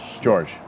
George